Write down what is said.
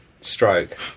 stroke